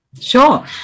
Sure